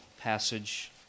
passage